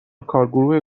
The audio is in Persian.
کارگروه